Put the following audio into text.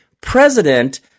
president